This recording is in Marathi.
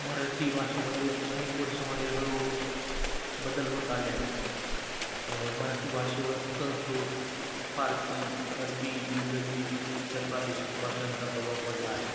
मराठी भाषेमध्ये अनेक वर्षामध्ये हळूहळू बदल होत आले आहेत मराठी भाषेवर संस्कृत फारसी अरबी इंग्रजी आणि इतर प्रादेशिक भाषांचा प्रभाव पडला आहे